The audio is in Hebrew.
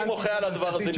אני מוחה על הדבר הזה.